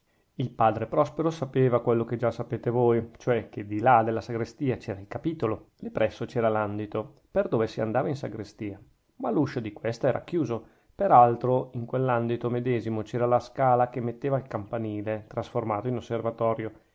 il padre prospero sapeva quello che già sapete voi cioè che di là dalla sagrestia c'era il capitolo lì presso c'era l'andito per dove si andava in sagrestia ma l'uscio di questa era chiuso per altro in quell'andito medesimo c'era la scala che metteva al campanile trasformato in osservatorio